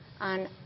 on